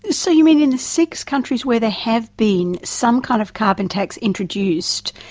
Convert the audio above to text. so you mean in the six countries where they have been some kind of carbon tax introduced,